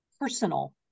personal